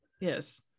Yes